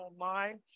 online